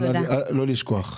אבל לא לשכוח,